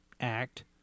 Act